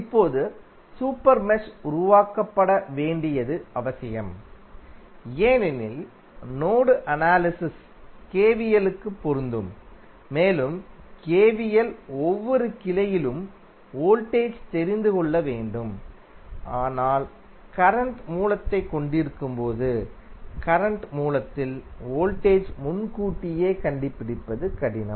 இப்போது super mesh உருவாக்கப்பட வேண்டியது அவசியம் ஏனெனில் நோடு அனாலிசிஸ் KVL க்கு பொருந்தும் மேலும் KVL ஒவ்வொரு கிளையிலும் வோல்டேஜ் தெரிந்து கொள்ள வேண்டும் ஆனால் கரண்ட் மூலத்தைக் கொண்டிருக்கும்போது கரண்ட் மூலத்தில் வோல்டேஜ் முன்கூட்டியே கண்டுபிடிப்பது கடினம்